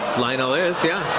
lionel is, yeah.